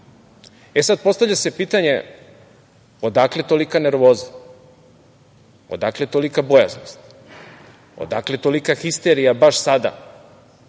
Sada, postavlja se pitanje – odakle tolika nervoza? Odakle tolika bojaznost, odakle tolika histerija baš sada? Mi